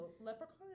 leprechaun